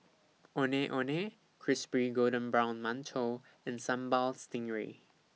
Ondeh Ondeh Crispy Golden Brown mantou and Sambal Stingray